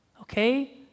Okay